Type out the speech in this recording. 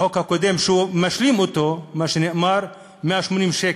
בחוק הקודם, שהוא משלים אותו, מה שנאמר, 180 שקל,